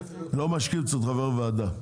לא משקיף צריך להיות חבר ועדה.